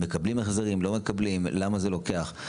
מקבלים החזרים, לא מקבלים, למה זה לוקח.